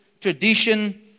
tradition